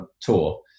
tour